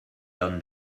done